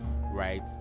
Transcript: right